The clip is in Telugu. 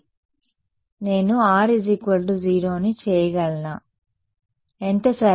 నేను R 0 ని చేయగలనా ఎంత సరైనది